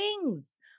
wings